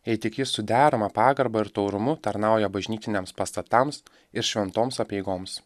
jei tik jis su derama pagarba ir taurumu tarnauja bažnytiniams pastatams ir šventoms apeigoms